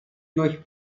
durch